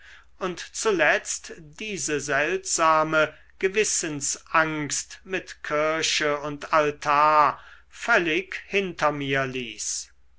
und zuletzt diese seltsame gewissensangst mit kirche und altar völlig hinter mir ließ